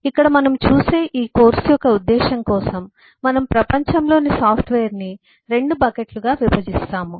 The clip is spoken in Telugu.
ఇక్కడ మనము చూసే ఈ కోర్సు యొక్క ఉద్దేశం కోసం మనము ప్రపంచంలోని సాఫ్ట్వేర్ను 2 బకెట్లుగా విభజిస్తాము